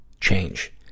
change